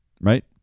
right